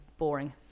boring